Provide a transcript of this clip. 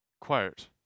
Quote